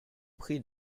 prie